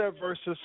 versus